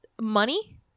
money